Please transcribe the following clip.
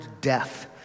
death